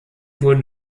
wurden